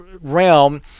realm